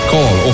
Call